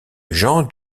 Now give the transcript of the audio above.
jean